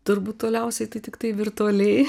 turbūt toliausiai tai tiktai virtualiai